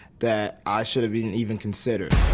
that i should've been even considered.